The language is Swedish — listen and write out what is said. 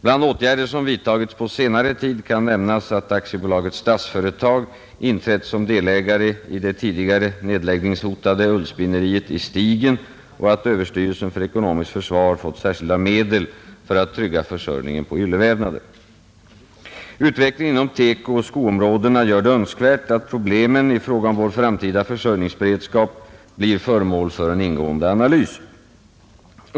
Bland åtgärder som vidtagits på senare tid kan nämnas att AB Statsföretag inträtt som delägare i det tidigare nedläggningshotade ullspinneriet i Stigen och att överstyrelsen för ekonomiskt försvar fått särskilda medel för att trygga försörjningen med yllevävnader. Utvecklingen inom TEKO och skoområdena gör det önskvärt att problemen i fråga om vår framtida försörjningsberedskap blir föremål för en ingående analys.